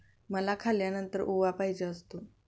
मला खाल्यानंतर ओवा पाहिजे असतो